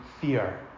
fear